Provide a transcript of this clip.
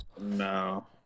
No